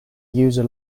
user